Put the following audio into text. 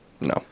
No